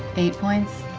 eight points?